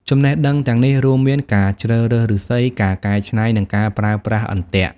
ចំណេះដឹងទាំងនេះរួមមាន ការជ្រើសរើសឫស្សី ការកែច្នៃ និងការប្រើប្រាស់អន្ទាក់។